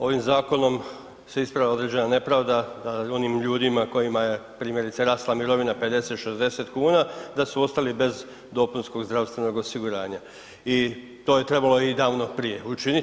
Ovim zakonom se ispravlja određena nepravda nad onim ljudima kojima je primjerice, rasla mirovina 50, 60 kuna, da su ostali bez dopunskog zdravstvenog osiguranja i to je trebalo i davno prije učiniti.